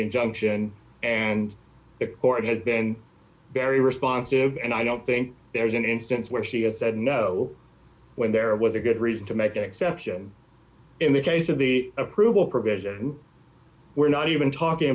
injunction and the court has been very responsive and i don't think there's an instance where she has said no when there was a good reason to make an exception in the case of the approval provision we're not even talking